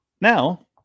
now